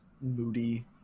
moody